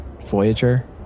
Voyager